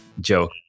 joke